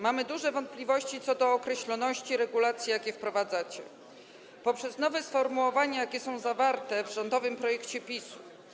Mamy duże wątpliwości co do precyzyjności regulacji, jakie wprowadzacie poprzez nowe sformułowania, jakie są zawarte w rządowym projekcie PiS.